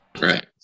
Right